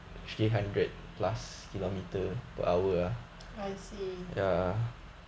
I see